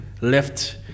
left